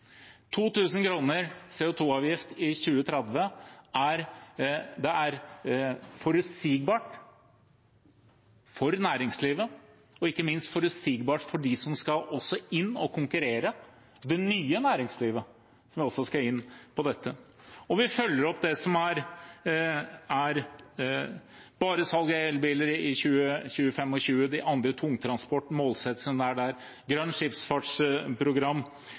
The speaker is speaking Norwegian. i CO 2 -avgift i 2030 er forutsigbart for næringslivet og ikke minst forutsigbart for dem som skal inn og konkurrere – det nye næringslivet, som også skal inn på dette. Vi følger opp det med bare salg av elbiler i 2025, de andre tungtransportmålsettingene som er der, Grønt Skipsfartsprogram,